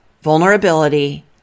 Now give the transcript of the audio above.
vulnerability